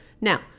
Now